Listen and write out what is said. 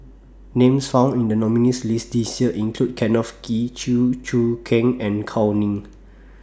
Names found in The nominees' list This Year include Kenneth Kee Chew Choo Keng and Gao Ning